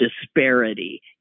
disparity